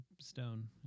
stone